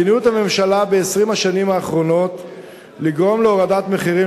מדיניות הממשלה ב-20 השנים האחרונות לגרום להורדת מחירים,